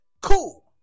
cool